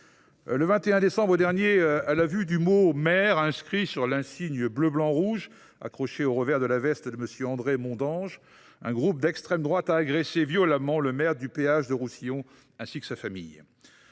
le 21 décembre dernier, à la vue du mot « maire » inscrit sur l’insigne bleu blanc rouge accroché au revers de la veste d’André Mondange, un groupe d’extrême droite a agressé violemment le maire de Péage de Roussillon et sa famille.